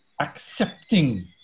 accepting